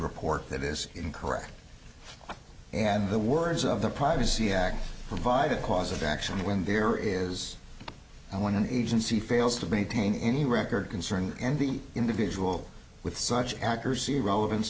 report that is incorrect and the words of the privacy act provide a cause of action when there is and when an agency fails to maintain any record concerning end the individual with such accuracy relevance